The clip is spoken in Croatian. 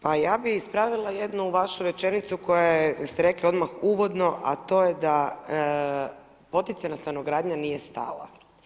Pa ja bih ispravila jednu vašu rečenicu koja je, ste rekli odmah uvodno a to je da poticajna stanogradnja nije stala.